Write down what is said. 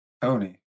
Tony